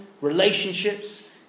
relationships